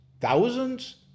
Thousands